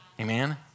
Amen